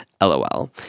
LOL